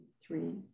three